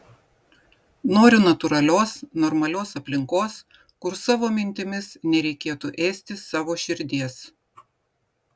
noriu natūralios normalios aplinkos kur savo mintimis nereikėtų ėsti savo širdies